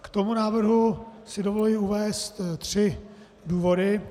K tomu návrhu si dovoluji uvést tři důvody.